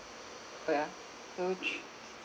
what ah two three